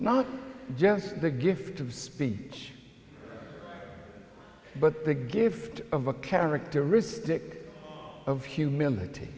not just the gift of speech but the gift of a characteristic of humility